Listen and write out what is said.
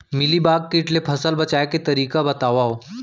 Mealybug किट ले फसल बचाए के तरीका बतावव?